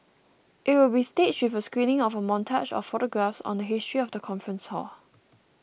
it will be staged with a screening of a montage of photographs on the history of the conference hall